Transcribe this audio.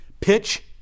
pitch